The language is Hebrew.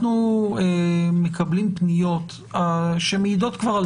אנחנו מקבלים פניות שמעידות כבר על